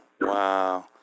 wow